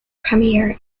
premier